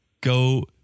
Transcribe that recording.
go